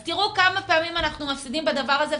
אז תראו כמה פעמים אנחנו מפסידים בדבר הזה.